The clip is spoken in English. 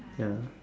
ya